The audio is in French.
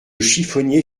chiffonnier